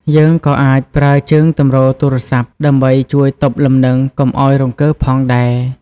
យើងក៏អាចប្រើជើងទម្រទូរស័ព្ទដើម្បីជួយទប់លំនឹងកុំឲ្យរង្គើផងដែរ។